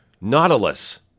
Nautilus